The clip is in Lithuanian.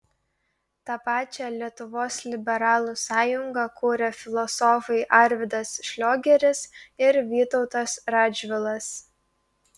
tą pačią lietuvos liberalų sąjungą kūrė filosofai arvydas šliogeris ir vytautas radžvilas